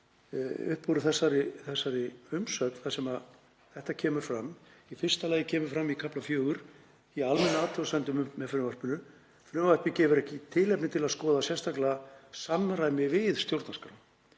upp úr þessari umsögn þar sem þetta kemur fram. Í fyrsta lagi kemur fram í 4. kafla í almennum athugasemdum með frumvarpinu: „Frumvarpið gefur ekki tilefni til að skoða sérstaklega samræmi við stjórnarskrá.